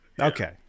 Okay